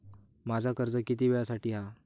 माझा कर्ज किती वेळासाठी हा?